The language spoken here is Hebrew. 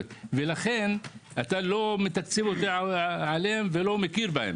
ולכן אתה לא מתקצב עליהם ולא מכיר בהם.